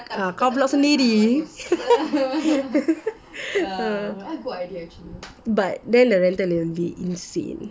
kau block sendiri but then the rental will be insane